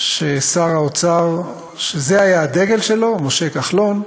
ששר האוצר, שזה היה הדגל שלו, משה כחלון,